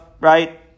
right